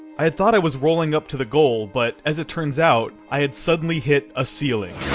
i had thought i was rolling up to the goal, but as it turns out, i had suddenly hit a ceiling.